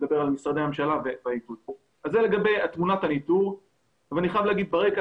אני מזכיר לכם,